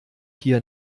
hier